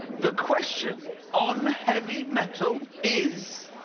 the question on heavy metal is.